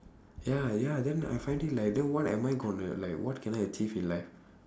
ya ya then I find it like then what am I gonna like what can I achieve in life